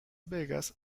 vegas